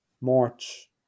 March